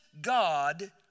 God